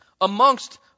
amongst